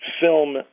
film